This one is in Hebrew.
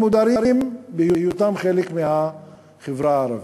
הם מודרים בהיותם חלק מהחברה הערבית,